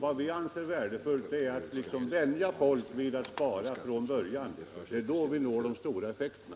Vad vi anser värdefullt är att vänja folk vid att spara från början. Det är då vi når de stora effekterna.